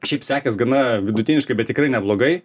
šiaip sekės gana vidutiniškai bet tikrai neblogai